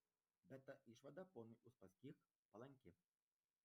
bet ta išvada ponui uspaskich palanki